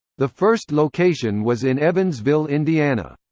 the first location was in evansville, indiana.